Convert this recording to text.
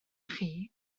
chi